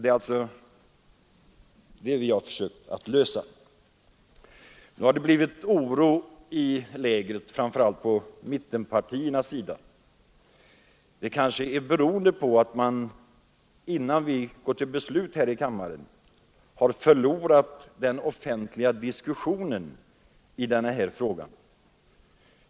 Det är det vi har försökt göra. Nu har det blivit oro i lägret, framför allt inom mittenpartierna. Det kanske beror på att de innan vi går till beslut här i kammaren har förlorat den offentliga diskussionen i den här frågan.